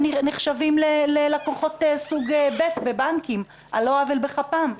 נחשבים ללקוחות סוג ב' בבנקים על לא עוול בכפם.